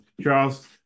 Charles